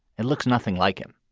it looks nothing like him.